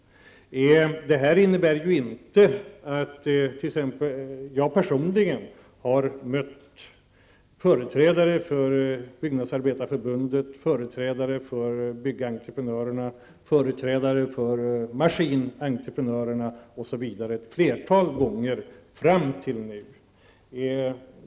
Jag personligen har mött företrädare för Byggnadsarbetareförbundet, företrädare för byggentreprenörerna, företrädare för maskinentreprenörerna, osv. vid ett flertal gånger fram till nu.